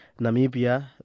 namibia